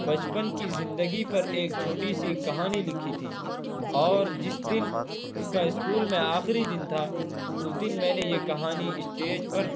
بچپن کی زندگی پر ایک چھوٹی سی کہانی لکھی تھی اور جس دن اس کا اسکول میں آخری دن تھا اس دن میں نے یہ کہانی اسٹیج پر